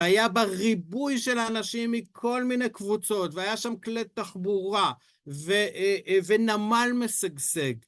היה בריבוי של האנשים מכל מיני קבוצות, והיה שם כלי תחבורה ונמל משגשג.